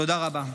תודה רבה.